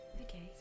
Okay